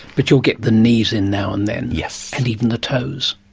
but you'll get the knees in now and then. yes. and even the toes.